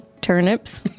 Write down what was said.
Turnips